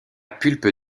pulpe